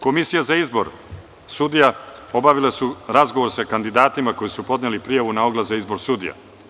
Komisije za izbor sudija obavile su razgovor sa kandidatima koji su podneli prijavu na oglas za izbor sudija.